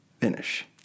finish